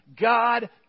God